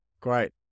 Great